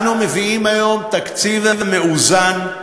אנו מביאים היום תקציב מאוזן,